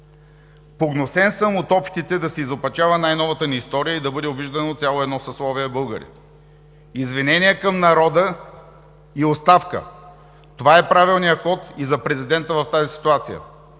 Погнусен съм от опитите да се изопачава най-новата ни история и да бъде обиждано цяло едно съсловие българи. Извинение към народа и оставка – това е правилният ход и за президента в тази ситуация,